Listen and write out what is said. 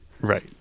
Right